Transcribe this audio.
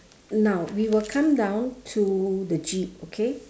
now we will come down to the jeep okay